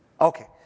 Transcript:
Okay